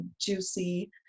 juicy